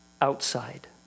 outside